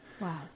Wow